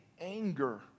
Anger